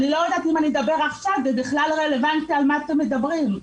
כאשר אדבר עכשיו אני לא יודעת אם זה בכלל רלוונטי למה שמדברים בוועדה.